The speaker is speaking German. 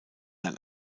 ein